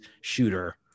shooter